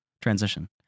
Transition